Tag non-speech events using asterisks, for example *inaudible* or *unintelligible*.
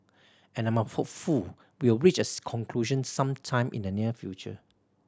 and I'm hopeful we will reach *unintelligible* conclusion some time in the near future